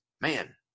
man